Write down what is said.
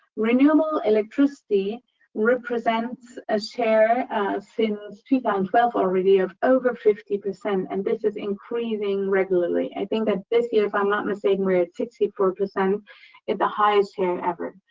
renewable electricity represents a share since two thousand and twelve already of over fifty percent, and this is increasing regularly. i think that this year, if i'm not mistake, we are at sixty four percent at the highest here ever.